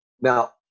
Now